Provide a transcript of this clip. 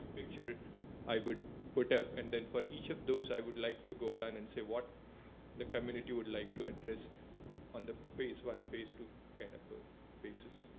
picture i would put out. and then, for each of those, i would like to go down and say what the community would like to address on the phase one, phase two kind of basis.